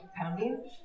pounding